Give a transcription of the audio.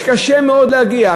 כשקשה מאוד להגיע,